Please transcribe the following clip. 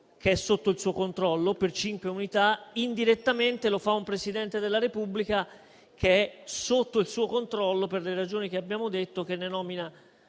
che è sotto il suo controllo per cinque unità; indirettamente, lo fa un Presidente della Repubblica, che è sotto il suo controllo, per le ragioni che abbiamo detto, che ne nomina